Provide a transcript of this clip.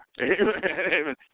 Amen